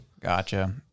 Gotcha